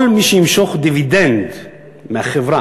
כל מי שימשוך דיבידנד מהחברה